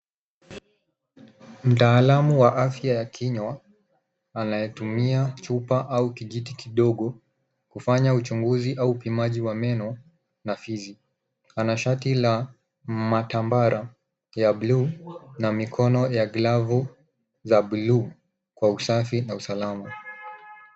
Mtaalamu wa afya ya kinywa anayetumia chupa au kijiti kidogo kufanya uchunguzi au upimaji wa meno na fizi. Ana shati la matambara ya bluu na mikono ya glovu za bluu kwa usafi na usalama.